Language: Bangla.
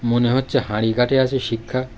মনে হচ্ছে হাঁড়িকাঠে আছে শিক্ষা